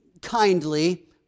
kindly